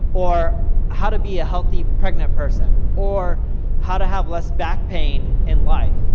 or how to be a healthy pregnant person, or how to have less back pain in life.